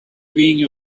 being